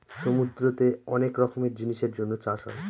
সমুদ্রতে অনেক রকমের জিনিসের জন্য চাষ হয়